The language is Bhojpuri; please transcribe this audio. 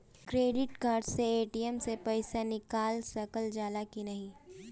क्रेडिट कार्ड से ए.टी.एम से पइसा निकाल सकल जाला की नाहीं?